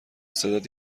صدات